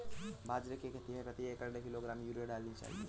बाजरे की खेती में प्रति एकड़ कितने किलोग्राम यूरिया डालनी होती है?